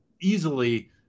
easily